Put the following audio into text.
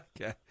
Okay